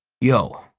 yo,